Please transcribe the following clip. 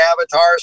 avatars